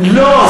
לא,